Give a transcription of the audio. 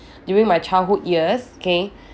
during my childhood years K